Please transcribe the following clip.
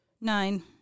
Nine